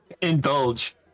Indulge